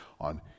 on